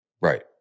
Right